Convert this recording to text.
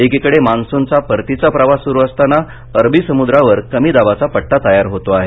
एकीकडे मान्सूनचा परतीचा प्रवास सुरू असताना अरबी समुद्रावर कमी दाबाचा पट्टा तयार होतो आहे